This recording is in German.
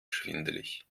schwindelig